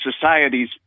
societies